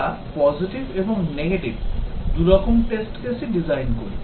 আমরা positive এবং negative দুরকম test case ই design করি